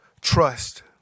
Trust